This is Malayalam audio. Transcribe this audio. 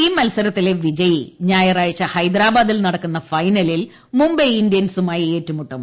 ഈ മൽസരത്തിലെ വിജയി ഞായറാഴ്ച ഹൈദരാബാദിൽ നടക്കുന്ന ഹൈനലിൽ മുംബൈ ഇന്ത്യൻസുമായി ഏറ്റുമുട്ടും